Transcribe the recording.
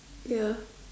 ya